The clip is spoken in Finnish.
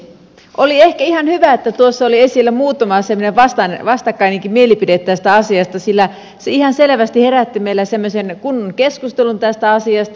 oli ehkä ihan hyvä että tuossa oli esillä muutama semmoinen vastakkainenkin mielipide tästä asiasta sillä se ihan selvästi herätti meillä semmoisen kunnon keskustelun tästä asiasta